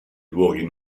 luoghi